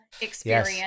experience